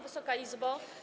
Wysoka Izbo!